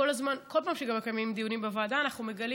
בכל פעם שמקיימים דיונים בוועדה אנחנו מגלים